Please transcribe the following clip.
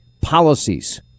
policies